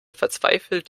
verzweifelt